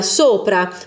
sopra